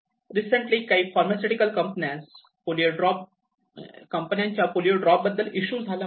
recently काही pharmaceutical कंपन्यां polio drop बद्दल इशू झाला होता